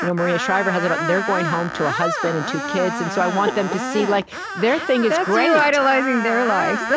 you know maria shriver has it all they're going home to a husband and two kids, and so i want them to see, like their thing is great that's you idolizing their lives. but